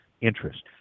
interest